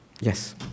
Yes